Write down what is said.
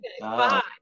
five